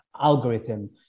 algorithm